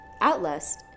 Outlast